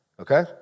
Okay